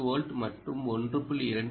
4 volt மற்றும் 1